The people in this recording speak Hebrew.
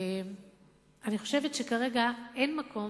אני חושבת שכרגע אין מקום